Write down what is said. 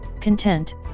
Content